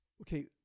Okay